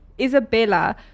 Isabella